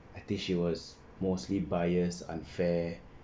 I think she was mostly biased unfair